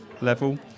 level